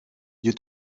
you